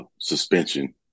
suspension